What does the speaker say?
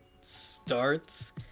starts